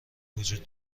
وجود